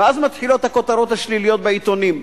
ואז מתחילות הכותרות השליליות בעיתונים,